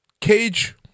Cage